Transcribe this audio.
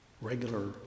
regular